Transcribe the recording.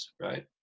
right